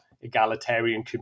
egalitarian